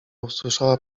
usłyszała